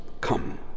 come